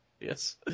Yes